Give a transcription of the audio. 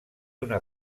una